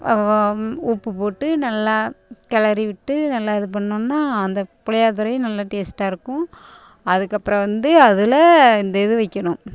உப்பு போட்டு நல்லா கிளறி விட்டு நல்லா இது பண்ணிணோன்னா அந்த புளியோதரையும் நல்ல டேஸ்ட்டாக இருக்கும் அதுக்கப்புறம் வந்து அதில் இந்த இது வைக்கணும்